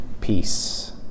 peace